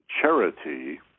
charity